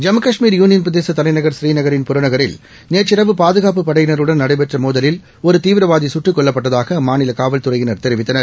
Jammu Kashmir union பிரதேசதலைநகர் புநீநகரின் புறநகரில் நேற்றிரவு பாதுகாப்புப் படையினருடன் நடைபெற்றமோதலில் ஒருதீவிரவாதிசுட்டுக் கொல்லப்பட்டதாகஅம்மாநிலகாவல்துறையினர் தெரிவித்தனர்